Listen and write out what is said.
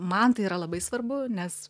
man tai yra labai svarbu nes